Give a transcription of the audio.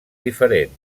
diferent